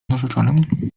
narzeczonym